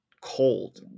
cold